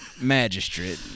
magistrate